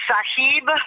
Sahib